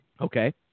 Okay